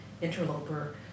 interloper